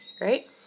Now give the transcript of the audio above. Right